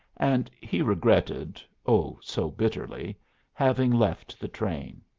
and he regretted oh, so bitterly having left the train.